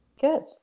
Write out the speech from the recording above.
Good